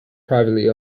privately